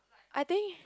I think